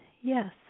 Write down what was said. yes